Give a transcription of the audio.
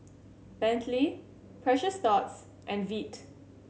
Bentley Precious Thots and Veet